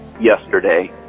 yesterday